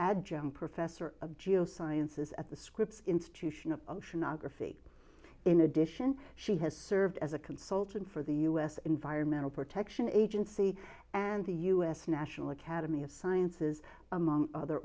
john professor of geosciences at the scripps institution of oceanography in addition she has served as a consultant for the u s environmental protection agency and the u s national academy of sciences among other